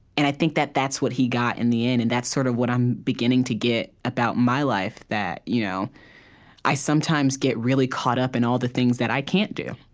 and i think that that's what he got, in the end, and that's sort of what i'm beginning to get about my life, that you know i sometimes get really caught up in all the things that i can't do